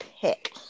pick